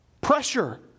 pressure